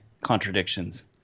contradictions